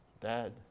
dad